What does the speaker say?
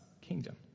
kingdom